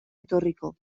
etorriko